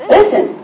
Listen